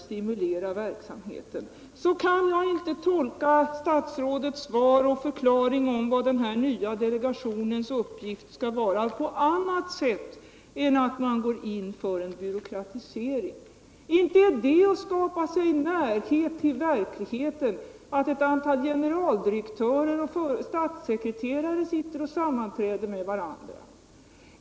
Jag kan inte tolka statsrådets svar och förklaring om den nya delegationens uppgift på annat sätt än så att man går in för en byråkratisering. Inte är det att skapa sig närhet till verkligheten att ett antal generaldirektörer och statssekreterare sitter och sammanträder med varandra!